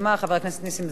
חבר הכנסת נסים זאב,